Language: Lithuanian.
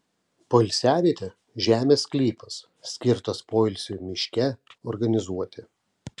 poilsiavietė žemės sklypas skirtas poilsiui miške organizuoti